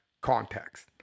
context